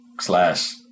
Slash